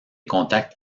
contacts